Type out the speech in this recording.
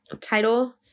title